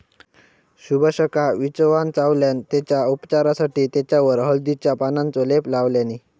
सुभाषका विंचवान चावल्यान तेच्या उपचारासाठी तेच्यावर हळदीच्या पानांचो लेप लावल्यानी